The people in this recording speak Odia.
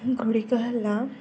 ଗୁଡ଼ିକ ହେଲା